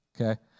okay